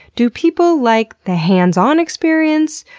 do people like the hands-on experience?